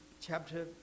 chapter